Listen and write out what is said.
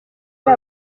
ari